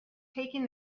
taking